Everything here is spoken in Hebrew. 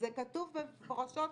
זה כתוב מפורשות.